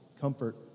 comfort